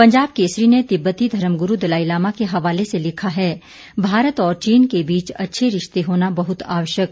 पंजाब केसरी ने तिब्बती धर्मगुरू दलाईलामा के हवाले से लिखा है भारत और चीन के बीच अच्छे रिश्ते होना बहुत आवश्यक